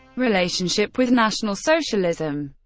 relationship with national socialism